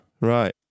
right